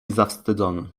zawstydzony